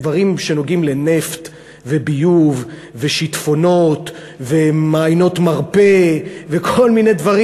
דברים שנוגעים לנפט וביוב ושיטפונות ומעיינות מרפא וכל מיני דברים